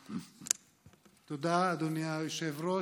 תודה, אדוני היושב-ראש.